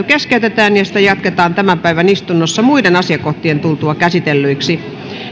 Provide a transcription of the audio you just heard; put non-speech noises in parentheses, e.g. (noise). (unintelligible) keskeytetään ja sitä jatketaan tämän päivän istunnossa muiden asiakohtien tultua käsitellyiksi